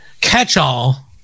catch-all